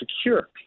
secure